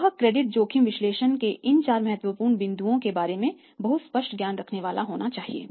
वह क्रेडिट जोखिम विश्लेषण के इन चार महत्वपूर्ण बिंदुओं के बारे में बहुत स्पष्ट ज्ञान रखने वाला होना चाहिए